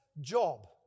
job